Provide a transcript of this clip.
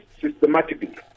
systematically